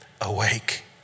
awake